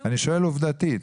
אני שואל עובדתית.